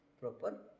proper